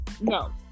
No